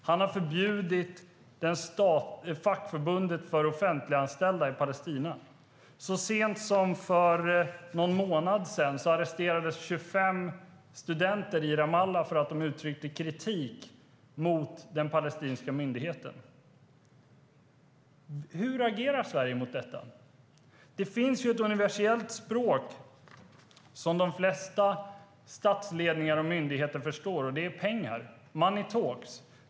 Han har förbjudit fackförbundet för offentliganställda i Palestina. Så sent som för någon månad sedan arresterades 25 studenter i Ramallah för att de uttryckt kritik mot den palestinska myndigheten. Hur agerar Sverige mot detta? Det finns ju ett universellt språk som de flesta statsledningar och myndigheter förstår, och det är pengar - money talks.